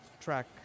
track